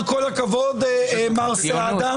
נהדר, כל הכבוד מר סעדה.